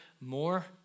more